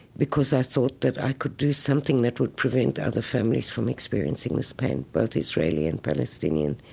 because i thought that i could do something that would prevent other families from experiencing this pain, both israeli and palestinian.